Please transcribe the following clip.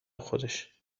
خودش